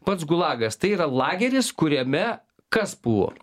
pats gulagas tai yra lageris kuriame kas buvo